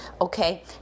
okay